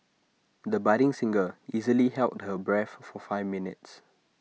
the budding singer easily held her breath for five minutes